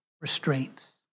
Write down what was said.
restraints